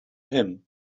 him